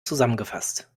zusammengefasst